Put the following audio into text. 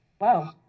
Wow